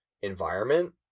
environment